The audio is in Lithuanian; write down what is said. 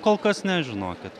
kol kas ne žinokit